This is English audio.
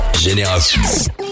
Génération